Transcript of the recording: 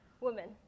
Woman